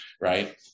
right